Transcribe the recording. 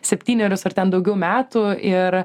septynerius ar ten daugiau metų ir